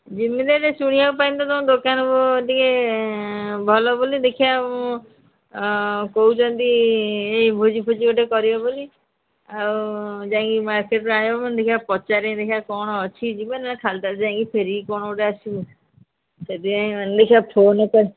ଯେମିତି ହେଲେ ଶୁଣିବା ପାଇଲି ତ ତୁମ ଦୋକାନକୁ ଟିକିଏ ଭଲ ବୋଲି ଦେଖିବା କହୁଛନ୍ତି ଏଇ ଭୋଜିଫୋଜି ଗୋଟେ କରିବେ ବୋଲି ଆଉ ଯାଇକି ମାର୍କେଟ୍ରୁ ଆଣିବା ଦେଖିବା ପଚାରେ ଦେଖିବା କ'ଣ ଅଛି ଯିବ ନା ଖାଲିଟାରେ ଯାଇକି ଫେରିକି କ'ଣ ଗୋଟେ ଆସିବୁ ସେଥିପାଇଁ ମାନେ ଦେଖିବା ଫୋନ୍ କରିଛି